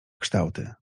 kształty